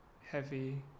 heavy